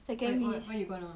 second what what what you gonna